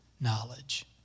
knowledge